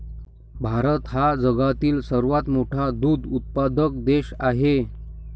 भारत हा जगातील सर्वात मोठा दूध उत्पादक देश आहे